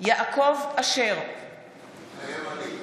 יגיע, יגיע עוד מעט.